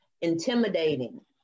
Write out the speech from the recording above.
intimidating